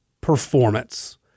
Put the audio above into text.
performance